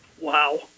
Wow